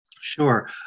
Sure